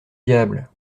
diable